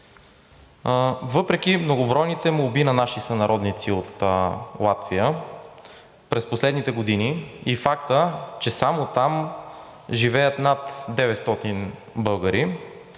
Въпреки многобройните молби на наши сънародници в Латвия през последните години и факта, че само там живеят над 900 българи,